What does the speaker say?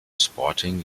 sporting